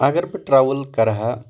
اَگر بہٕ ٹروٕل کَرٕ ہا